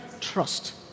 trust